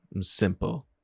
simple